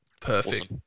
Perfect